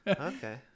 Okay